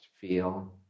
feel